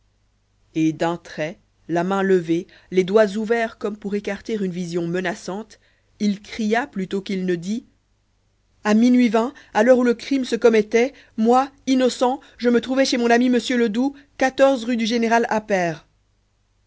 et d'un trait la main levée les doigts ouverts comme pour écarter une vision menaçante il cria plutôt qu'il ne dit à minuit vingt à l'heure où le crime se commettait moi innocent je me trouvais chez mon ami m ledoux rue du